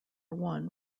one